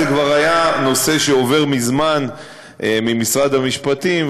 זה כבר היה נושא שהיה עובר מזמן ממשרד המשפטים,